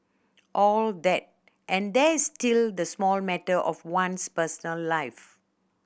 all that and there's still the small matter of one's personal life